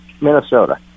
Minnesota